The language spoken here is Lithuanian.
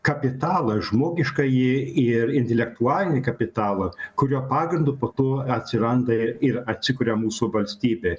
kapitalą žmogiškąjį ir intelektualinį kapitalą kurio pagrindu po to atsiranda ir atsikuria mūsų valstybė